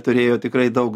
turėjo tikrai daug